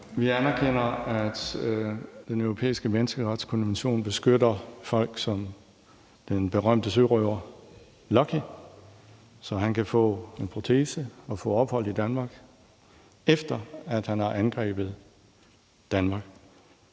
Vi anerkender, at den europæiske menneskerettighedskonvention beskytter folk som den berømte sørøver Lucky, så han kan få en protese og få ophold i Danmark, efter at han har angrebet Danmark.